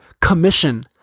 commission